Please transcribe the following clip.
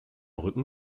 rücken